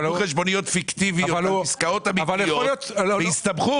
קיבלו חשבוניות פיקטיביות על עסקאות אמיתיות והסתבכו.